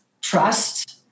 trust